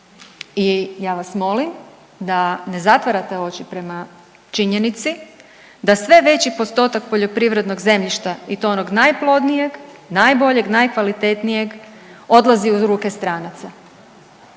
I ja vas molim da ne zatvarate oči prema činjenici da sve veći postotak poljoprivrednog zemljišta i to onog najplodnijeg, najboljeg, najkvalitetnijeg odlazi u ruke stranaca.